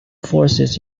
forces